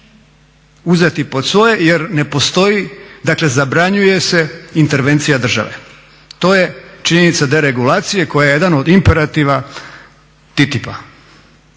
uzeti pod svoje jer ne postoji, dakle zabranjuje se intervencija države. To je činjenica deregulacije koja je jedan od imperativa TTIP-a